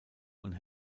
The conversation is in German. und